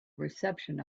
reception